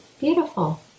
beautiful